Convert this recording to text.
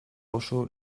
oso